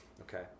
Okay